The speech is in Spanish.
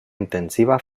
intensiva